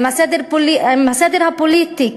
עם הסדר הפוליטי.